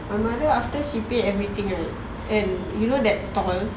my mother after she pay everything right and you know that stall